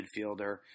midfielder